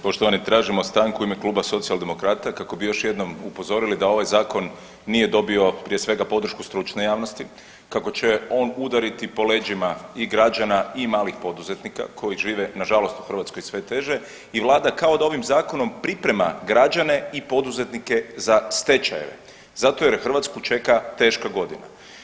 Poštovani tražimo stanku u ime Kluba Socijaldemokrata kako bi još jednom upozorili da ovaj zakon nije dobio prije svega podršku stručne javnosti, kako će on udariti po leđima i građana i malih poduzetnika koji žive nažalost u Hrvatskoj sve teže i vlada kao da ovim zakonom priprema građane i poduzetnike za stečajeve zato jer Hrvatsku čeka teška godina.